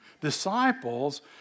Disciples